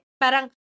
Parang